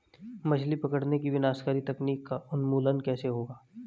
मछली पकड़ने की विनाशकारी तकनीक का उन्मूलन कैसे होगा?